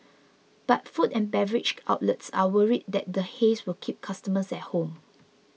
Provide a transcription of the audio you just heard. but food and beverage outlets are worried that the haze will keep customers at home